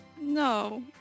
no